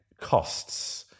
costs